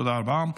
תודה רבה.